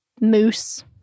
moose